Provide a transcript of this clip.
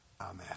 Amen